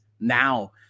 now